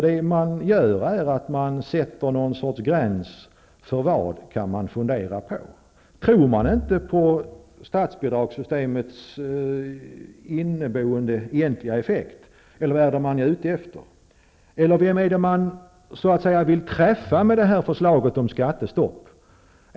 Det man gör är att sätta någon sorts gräns. För vad kan man fundera på? Tror man inte på statsbidragssystemets inneboende egentliga effekt, eller vad är man ute efter? Vem är det som man så att säga vill träffa med detta förslag om skattestopp?